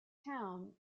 town